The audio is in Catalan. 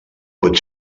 pot